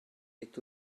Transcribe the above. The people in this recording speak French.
est